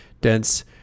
dense